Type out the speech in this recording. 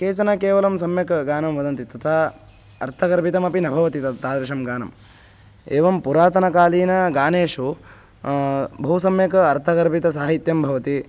केचन केवलं सम्यक् गानं वदन्ति तथा अर्थगर्भिमपि न भवति तत् तादृशं गानम् एवं पुरातनकालीनागानेषु बहु सम्यक् अर्थगर्भिसाहित्यं भवति